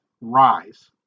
rise